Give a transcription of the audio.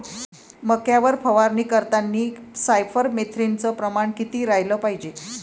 मक्यावर फवारनी करतांनी सायफर मेथ्रीनचं प्रमान किती रायलं पायजे?